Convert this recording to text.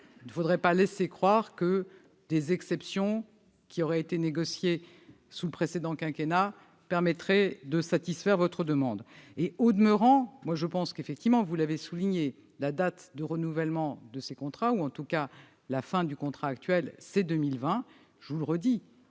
Il ne faudrait pas laisser croire que des exceptions, qui auraient été négociées sous le précédent quinquennat, permettraient de satisfaire votre demande. Au demeurant, vous l'avez souligné, la date de renouvellement de ces contrats ou, en tout cas, la fin du contrat actuel, est fixée à 2020. Je le